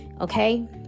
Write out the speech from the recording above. okay